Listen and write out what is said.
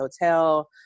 Hotel